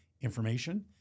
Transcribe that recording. information